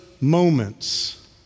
moments